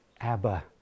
Abba